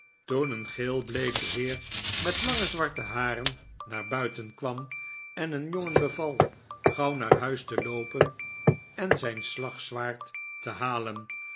toen een geelbleeke heer met lange zwarte haren naar buiten kwam en een jongen beval gauw naar huis te loopen en zijn slagzwaard te halen